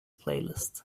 playlist